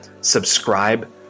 subscribe